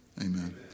Amen